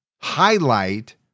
highlight